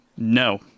No